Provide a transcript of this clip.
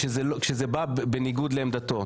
כשזה בא בניגוד לעמדתו,